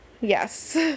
yes